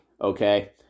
okay